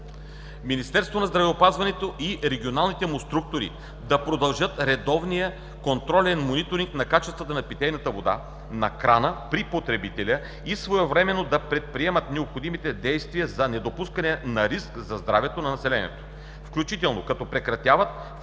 Министерството на здравеопазването и регионалните му структури да продължат редовния контролен мониторинг на качествата на питейната вода на крана при потребителя и своевременно да предприемат необходимите действия за недопускане на риск за здравето на населението, включително като прекратяват включването